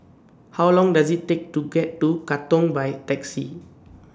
How Long Does IT Take to get to Katong By Taxi